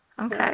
Okay